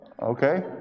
Okay